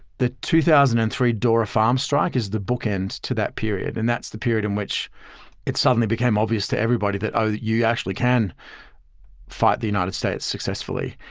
the two thousand and three dora farms strike is the book ends to that period. and that's the period in which it suddenly became obvious to everybody that, oh, you actually can fight the united states successfully,